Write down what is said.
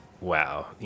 wow